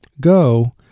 Go